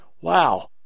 Wow